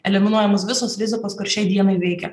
eliminuojamos visos rizikos kur šiai dienai veikia